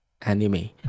anime